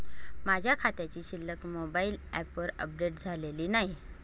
माझ्या खात्याची शिल्लक मोबाइल ॲपवर अपडेट झालेली नाही